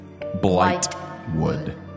Blightwood